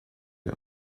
him